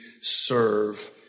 serve